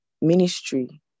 Ministry